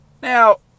Now